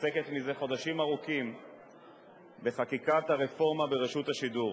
עוסקת מזה חודשים ארוכים בחקיקת הרפורמה ברשות השידור,